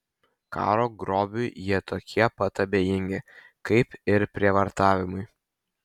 karo grobiui jie tokie pat abejingi kaip ir prievartavimui